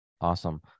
Awesome